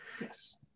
Yes